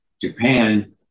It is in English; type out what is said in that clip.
Japan